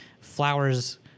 flowers